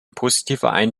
positiver